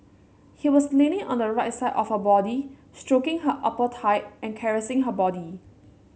he was leaning on the right side of her body stroking her upper thigh and caressing her body